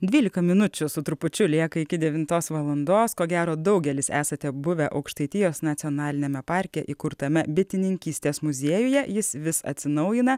dvylika minučių su trupučiu lieka iki devintos valandos ko gero daugelis esate buvę aukštaitijos nacionaliniame parke įkurtame bitininkystės muziejuje jis vis atsinaujina